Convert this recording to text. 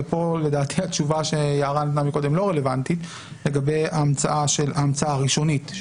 לדעתי כאן התשובה שיערה נתנה לא רלוונטית לגבי המצאה ראשונית,